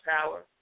power